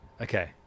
Okay